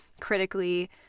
critically